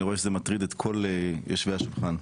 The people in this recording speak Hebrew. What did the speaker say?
אני רואה שזה מטריד את כל יושבי השולחן.